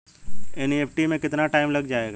NEFT में कितना time लग जाएगा?